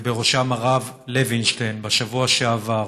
ובראשם הרב לוינשטיין בשבוע שעבר,